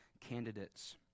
candidates